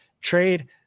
trade